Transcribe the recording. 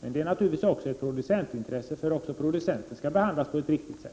men det är naturligtvis också ett producentintresse, för även producenterna skall behandlas på ett riktigt sätt.